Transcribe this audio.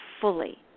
fully